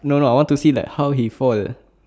no no I want to see how he fall